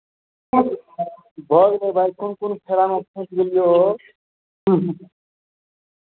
भऽ जेतै भाय कोन कोन फेरामे फँसि गेलियै हो